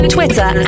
Twitter